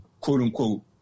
quote-unquote